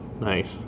nice